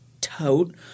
tote